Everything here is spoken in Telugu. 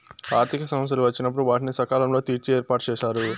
ఆర్థిక సమస్యలు వచ్చినప్పుడు వాటిని సకాలంలో తీర్చే ఏర్పాటుచేశారు